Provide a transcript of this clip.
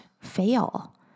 fail